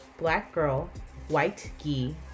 blackgirlwhitegee